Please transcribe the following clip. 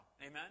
Amen